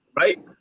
right